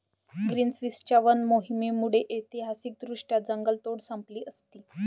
ग्रीनपीसच्या वन मोहिमेमुळे ऐतिहासिकदृष्ट्या जंगलतोड संपली असती